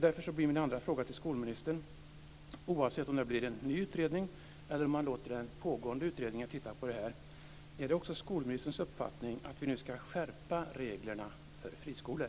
Därför blir min andra fråga till skolministern: Oavsett om det blir en ny utredning eller om man låter den pågående utredningen titta närmare på detta, är det också skolministerns uppfattning att vi nu ska skärpa reglerna för friskolor?